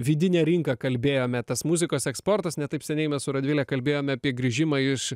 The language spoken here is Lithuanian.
vidinę rinką kalbėjome tas muzikos eksportas ne taip seniai mes su radvile kalbėjom apie grįžimą iš